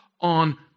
on